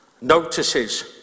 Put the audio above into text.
notices